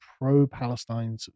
pro-Palestine